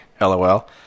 lol